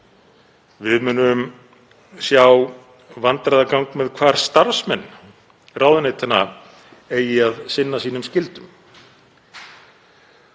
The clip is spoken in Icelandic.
Við munum sjá vandræðagang með hvar starfsmenn ráðuneytanna eigi að sinna sínum skyldum.